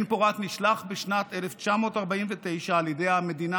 בן-פורת נשלח בשנת 1949 על ידי המדינה